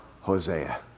Hosea